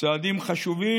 צעדים חשובים.